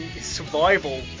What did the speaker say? survival